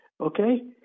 okay